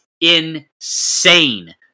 insane